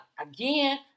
again